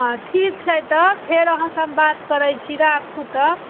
हँ ठीक छै तऽ फेर अहाँ से हम बात करैत छी राखू तऽ